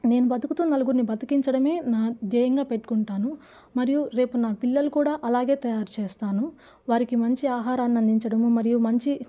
నేను బతుకుతు నలుగురిని బతికించడమే నా ధ్యేయంగా పెట్టుకుంటాను మరియు రేపు నా పిల్లలు కూడా అలాగే తయారు చేస్తాను వారికి మంచి ఆహారాన్ని అందించడము మరియు మంచి